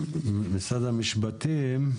--- האמת היא שהתחברתי רק עכשיו,